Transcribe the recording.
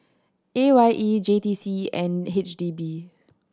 A Y E J T C and H D B